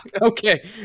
Okay